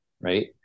right